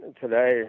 today